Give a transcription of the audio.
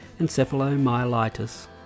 encephalomyelitis